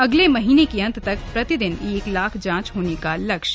अगले महीने के अंत तक प्रतिदिन एक लाख जांच होने का लक्ष्य